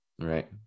Right